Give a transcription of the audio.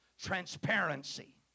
transparency